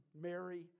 Mary